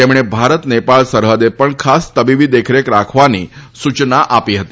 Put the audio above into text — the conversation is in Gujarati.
તેમણે ભારત નેપાળ સરહદે પણ ખાસ તબીબી દેખરેખ રાખવાની સૂચના આપી હતી